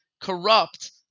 corrupt